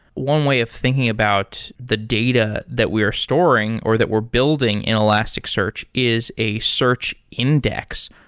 one way of thinking about the data that we are storing or that we're building in elasticsearch is a search index.